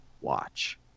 Watch